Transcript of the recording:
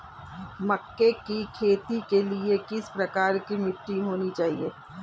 मक्के की खेती के लिए किस प्रकार की मिट्टी होनी चाहिए?